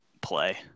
play